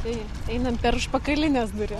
tai einam per užpakalines duris